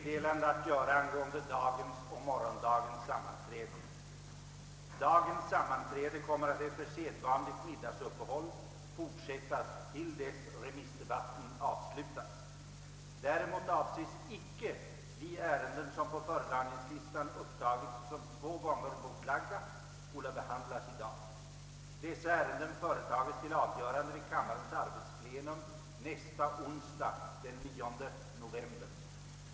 Dagens sammanträde kommer att efter sedvanligt middagsuppehåll fortsät tas till dess remissdebatten avslutats. Däremot avses icke de ärenden, som på föredragningslistan upptagits såsom två gånger bordlagda, skola behandlas i dag. Dessa ärenden företages till avgörande vid kammarens arbetsplenum nästa onsdag, den 9 november.